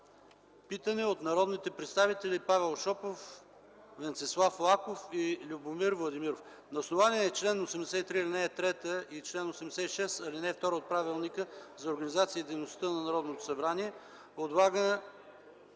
питане от народните представители Павел Шопов, Венцислав Лаков и Любомир Владимиров. На основание чл. 83, ал. 3 и чл. 86, ал. 2 от Правилника за организацията и дейността на Народното събрание,